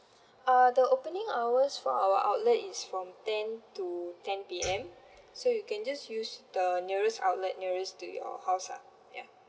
uh the opening hours for our outlet is from ten to ten P_M so you can just use the nearest outlet nearest to your house lah ya